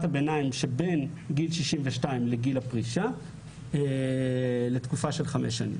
הביניים של בין גיל 62 לגיל הפרישה לתקופה של חמש שנים.